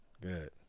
Good